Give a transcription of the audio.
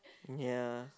ya